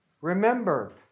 remember